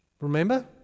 Remember